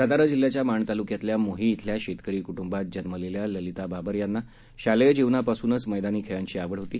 सातारा जिल्ह्याच्या माण तालुक्यातल्या मोही इथल्या शेतकरी कुटुंबात जन्मलेल्या ललिता बाबर यांना शालेय जीवनापासूनच मैदानी खेळांची आवड होती